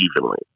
evenly